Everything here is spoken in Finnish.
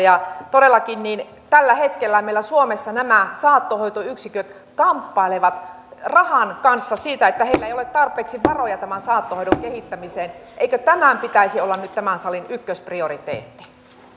todellakin tällä hetkellä meillä suomessa nämä saattohoitoyksiköt kamppailevat rahan kanssa siitä että heillä ei ole tarpeeksi varoja saattohoidon kehittämiseen eikö tämän pitäisi olla nyt tämän salin ykkösprioriteetti